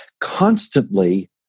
constantly